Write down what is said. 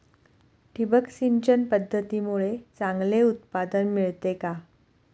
ठिबक सिंचन पद्धतीमुळे चांगले उत्पादन मिळते का?